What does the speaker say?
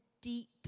deep